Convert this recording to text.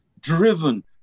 driven